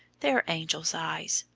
they're angels' eyes,